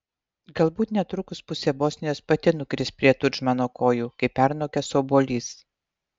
galbūt netrukus pusė bosnijos pati nukris prie tudžmano kojų kaip pernokęs obuolys